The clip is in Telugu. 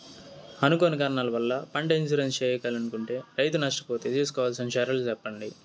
అనుకోని కారణాల వల్ల, పంట ఇన్సూరెన్సు చేయించలేకుంటే, రైతు నష్ట పోతే తీసుకోవాల్సిన చర్యలు సెప్పండి?